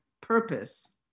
purpose